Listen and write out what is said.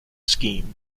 scheme